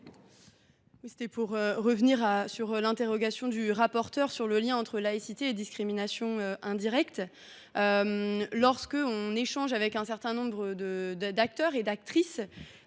souhaite revenir sur l’interrogation du rapporteur au sujet du lien entre laïcité et discrimination indirecte. En échangeant avec un certain nombre d’acteurs et d’actrices,